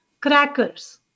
crackers